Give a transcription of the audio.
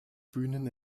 bühnen